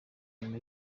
nyuma